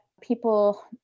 people